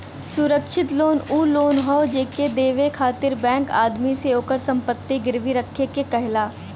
सुरक्षित लोन उ लोन हौ जेके देवे खातिर बैंक आदमी से ओकर संपत्ति गिरवी रखे के कहला